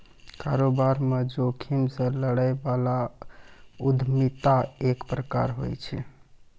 कारोबार म जोखिम से लड़ै बला उद्यमिता एक प्रकार होय छै